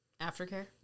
Aftercare